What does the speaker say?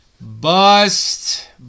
Bust